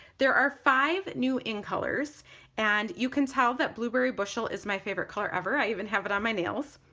there are five new in colors and you can tell that blueberry bushel is my favorite color ever, i even have it on my nails!